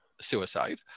suicide